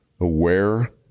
aware